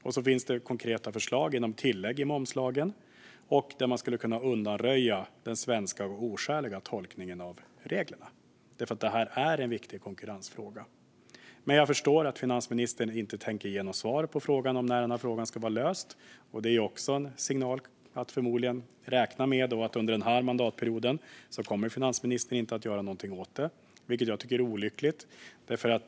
Och så finns det konkreta förslag genom tillägg i momslagen där man skulle kunna undanröja den svenska oskäliga tolkningen av reglerna. Det här är en viktig konkurrensfråga. Jag förstår att finansministern inte tänker ge något svar på frågan om när detta ska vara löst. Det är också en signal att förmodligen räkna med: Under den här mandatperioden kommer finansministern inte att göra någonting åt detta. Det tycker jag är olyckligt.